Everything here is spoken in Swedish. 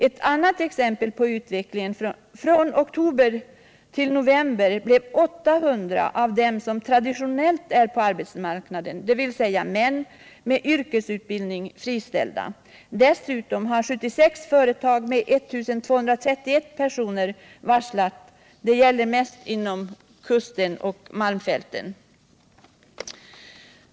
Ett annat exempel på utvecklingen: från oktober till november blev 800 av dem som traditionellt är ute på arbetsmarknaden, dvs. män med yrkesutbildning, friställda. Dessutom har 76 företag med 1 231 anställda varslat, mest inom kustregionen och Malmfälten.